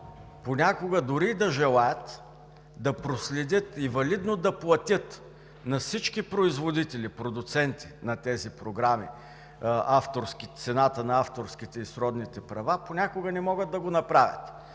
понякога дори и да желаят да проследят и валидно да платят на всички производители, продуценти на тези програми, цената на авторските и сродните права, понякога не могат да го направят.